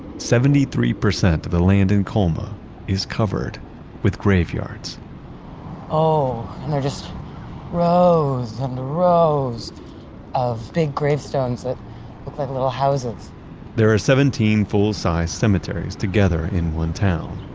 seventy three percent of the land in colma is covered with graveyards oh, and there are just rows and rows of big gravestones that look like little houses there are seventeen full-size cemeteries together in one town,